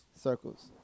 Circles